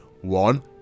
One